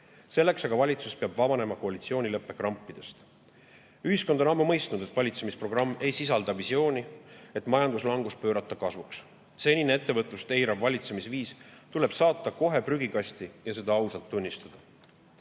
Selleks aga peab valitsus vabanema koalitsioonileppe krampidest. Ühiskond on ammu mõistnud, et valitsemisprogramm ei sisalda visiooni, [kuidas] majanduslangus pöörata kasvuks. Senine ettevõtlust eirav valitsemisviis tuleb saata kohe prügikasti ja seda ausalt tunnistada.